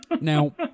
Now